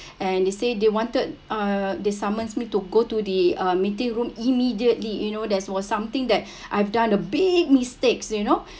and they said they wanted uh they summons me to go to the um meeting room immediately you know there's was something that I've done a big mistakes you know